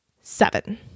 seven